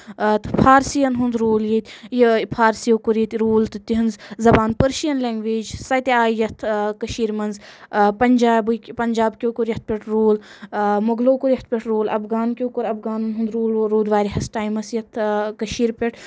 تہٕ فارسِیَن ہُنٛد روٗل یہِ یہِ فارسیو کوٚر ییٚتہِ روٗل تہٕ تِہنٛز زبان پٔرشِین لیٚنٛگویج سۄ تہِ آیہِ یَتھ کٔشیٖر منٛز پنجابٔکۍ پنٛجابکیٚو کوٚر یَتھ پٮ۪ٹھ روٗل مۄغلو کوٚر یَتھ پٮ۪ٹھ روٗل افغان کیٚو کوٚر افغانُن ہُند روٗل روٗد واریاہَس ٹایمَس یَتھ کٔشیٖر پٮ۪ٹھ